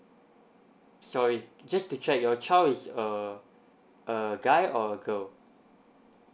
sorry just to check your child is err a guy or a girl